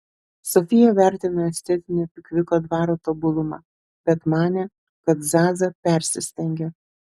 sofija vertino estetinį pikviko dvaro tobulumą bet manė kad zaza persistengia